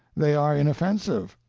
they are inoffensive,